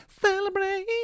Celebrate